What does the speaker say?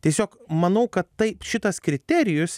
tiesiog manau kad tai šitas kriterijus